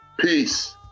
Peace